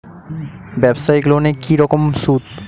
ব্যবসায়িক লোনে কি রকম সুদ?